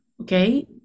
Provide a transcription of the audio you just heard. Okay